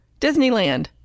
Disneyland